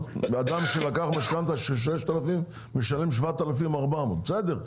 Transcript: אדם שלקח משכנתא של 6,000, משלם 7,400. בסדר,